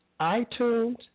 iTunes